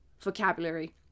vocabulary